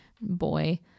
boy